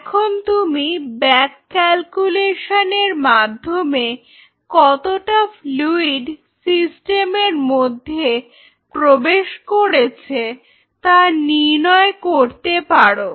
এখন তুমি back calculation এর মাধ্যমে কতটা ফ্লুইড সিস্টেমের মধ্যে প্রবেশ করেছে তা নির্ণয় করতে পারো